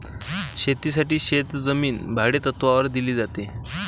शेतीसाठी शेतजमीन भाडेतत्त्वावर दिली जाते